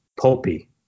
pulpy